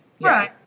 Right